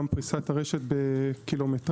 גם פריסת הרשת בקילומטראז',